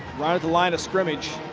right at the line of scrimmage.